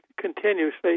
continuously